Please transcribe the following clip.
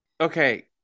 Okay